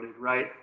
right